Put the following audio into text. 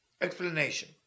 explanation